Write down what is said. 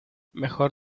mejor